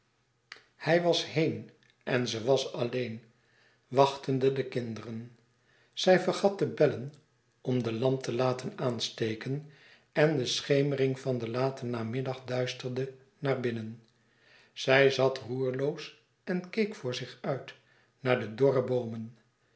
hij was heen en ze was alleen wachtende de kinderen zij vergat te bellen om de lamp te laten aansteken en de schemering van den laten namiddag duisterde naar binnen zij zat roerloos en keek voor zich uit naar de dorre boomen